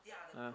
ah